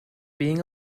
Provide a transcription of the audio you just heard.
being